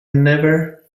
never